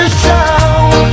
show